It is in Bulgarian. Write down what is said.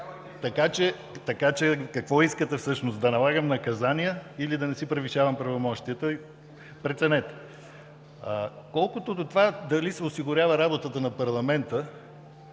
разлика! Какво искате всъщност – да налагам наказания или да не си превишавам правомощията? Преценете. Колкото до това дали се осигурява работата на парламента,